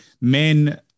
men